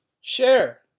share